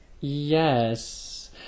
Yes